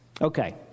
Okay